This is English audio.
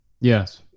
Yes